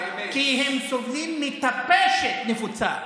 כי הם סובלים מטפשת נפוצה,